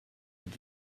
had